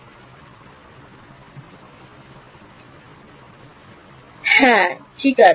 ছাত্র হ্যাঁ ঠিক আছে